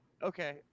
Okay